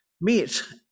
meet